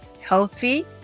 healthy